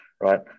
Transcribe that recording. Right